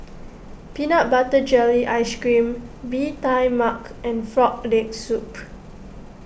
Peanut Butter Jelly Ice Cream Bee Tai Mak and Frog Leg Soup